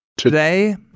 Today